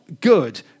good